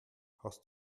hast